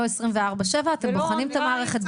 לא 24/7. אתם בוחנים את המערכת,